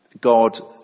God